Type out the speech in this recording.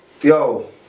yo